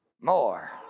More